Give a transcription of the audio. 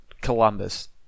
Columbus